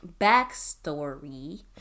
backstory